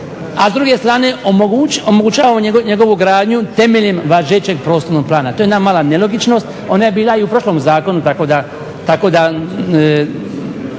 a s druge strane omogućavamo njegovu gradnju temeljem važećeg prostornog plana. To je jedna mala nelogičnost, ona je bila i u prošlom zakonu, tako da